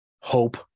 hope